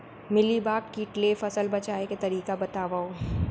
Mealybug किट ले फसल बचाए के तरीका बतावव?